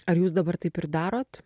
ar jūs dabar taip ir darot